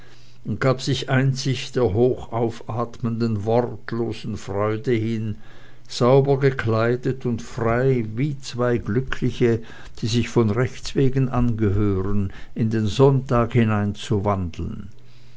und gab sich einzig der hoch aufatmenden wortlosen freude hin sauber gekleidet und frei wie zwei glückliche die sich von rechts wegen angehören in den sonntag